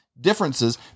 differences